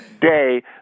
day